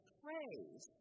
praise